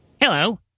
Hello